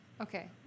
Okay